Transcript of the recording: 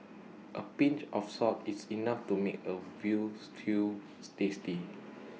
A pinch of salt is enough to make A Veal Stew tasty